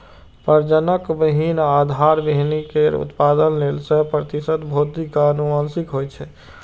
प्रजनक बीहनि आधार बीहनि केर उत्पादन लेल सय प्रतिशत भौतिक आ आनुवंशिक होइ छै